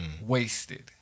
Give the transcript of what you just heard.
Wasted